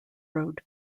road